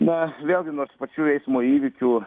na vėlgi nors pačių eismo įvykių